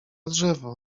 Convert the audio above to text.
drzewo